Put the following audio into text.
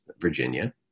Virginia